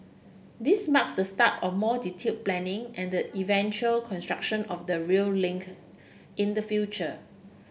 this marks the start of more detail planning and the eventual construction of the rail link in the future